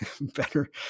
better